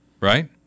right